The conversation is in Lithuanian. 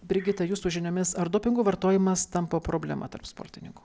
brigita jūsų žiniomis ar dopingo vartojimas tampa problema tarp sportininkų